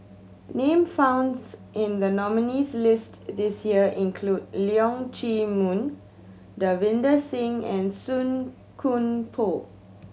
name founds in the nominees' list this year include Leong Chee Mun Davinder Singh and Song Koon Poh